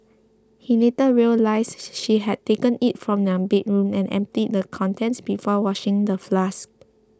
he later realised she had taken it from their bedroom and emptied the contents before washing the flask